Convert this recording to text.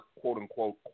quote-unquote